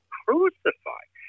crucified